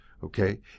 Okay